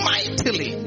Mightily